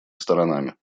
сторонами